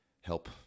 help